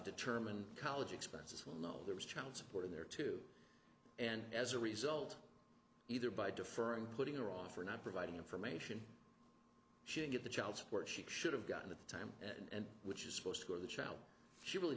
determine college expenses well no there was child support in there too and as a result either by deferring putting or off or not providing information she didn't get the child support she should have gotten the time and which is supposed to go to the child she really